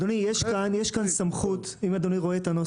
אדוני, יש כאן סמכות, אם אדוני רואה את הנוסח.